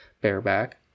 bareback